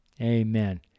Amen